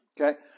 Okay